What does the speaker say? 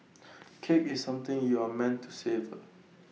cake is something you are meant to savour